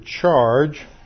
charge